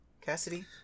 Cassidy